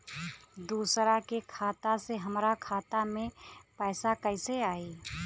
दूसरा के खाता से हमरा खाता में पैसा कैसे आई?